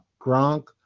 Gronk